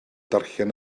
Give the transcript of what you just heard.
darllen